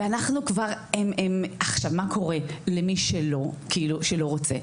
מה קורה למי שלא רוצה?